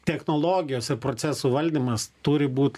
technologijos ir procesų valdymas turi būt